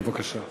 בבקשה.